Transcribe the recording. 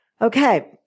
Okay